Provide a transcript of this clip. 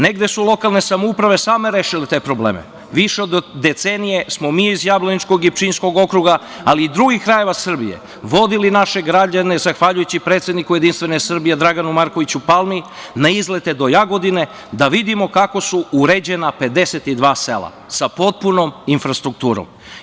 Negde su lokalne samouprave same rešile te probleme, više od decenije smo mi iz Jablaničkog i Pčinjskog okruga, ali i drugih krajeva Srbije vodili naše građane zahvaljujući predsedniku Jedinstvene Srbije, Draganu Markoviću Palmi na izlete do Jagodine, da vidimo kako su uređena 52 sela, sa potpunom infrastrukturom.